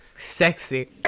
Sexy